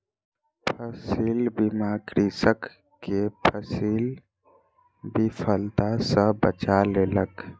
फसील बीमा कृषक के फसील विफलता सॅ बचा लेलक